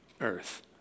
earth